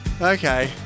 Okay